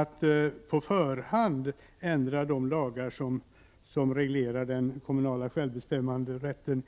Att på förhand ändra de lagar som reglerar den kommunala självbestämmanderätten